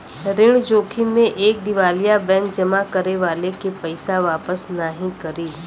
ऋण जोखिम में एक दिवालिया बैंक जमा करे वाले के पइसा वापस नाहीं करी